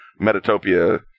Metatopia